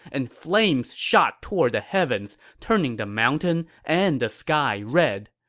and flames shot toward the heavens, turning the mountain and the sky red.